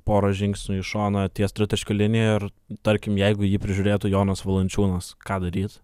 porą žingsnių į šoną ties tritaškio linija ir tarkim jeigu jį prižiūrėtų jonas valančiūnas ką daryt